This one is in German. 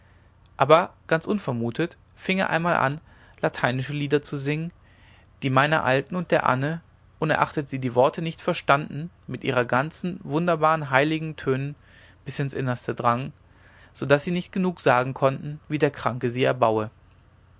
aber ganz unvermutet fing er einmal an lateinische lieder zu singen die meiner alten und der anne unerachtet sie die worte nicht verstanden mit ihren ganz wunderbaren heiligen tönen bis ins innerste drangen so daß sie nicht genug sagen konnten wie der kranke sie erbaue